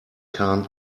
can